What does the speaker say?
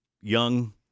young